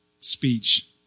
speech